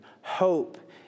Hope